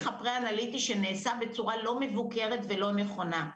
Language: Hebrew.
הפרה אנליטי שנעשה בצורה לא מבוקרת ולא נכונה.